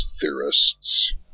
theorists